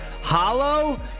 hollow